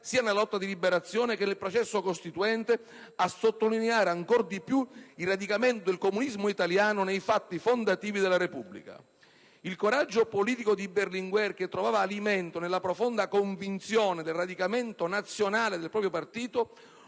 sia nella lotta di Liberazione che nel processo costituente, a sottolineare ancor più il radicamento del comunismo italiano nei fatti fondativi della Repubblica. Il coraggio politico di Berlinguer, che trovava alimento nella profonda convinzione del radicamento nazionale del proprio partito,